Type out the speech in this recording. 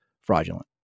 fraudulent